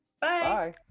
Bye